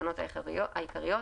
לתקנות העיקריות,